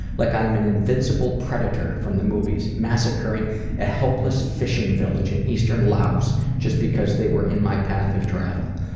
like i'm an invincible predator from the movies massacring a hopeless fishing village in eastern laos just because they were in my path of travel.